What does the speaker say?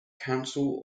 council